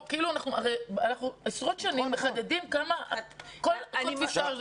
אנחנו עשרות שנים מחדדים תפיסות מסוימות,